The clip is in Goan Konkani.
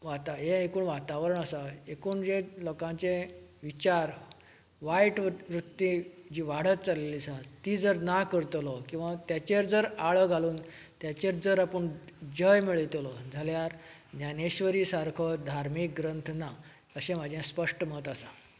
वाता हें एक वातावरण आसा एकूण जे लोकांचे विचार वायट वृ वृत्ती जी वाडत चल्ली आसा ती जर ना करतलो किंवां ताचेर जर आळो घालून ताचेर जर आपूण जय मेळयतलो जाल्यार ज्ञानेश्वरी सारको धार्मीक ग्रंथ ना अशें म्हजें स्पश्ट मत आसा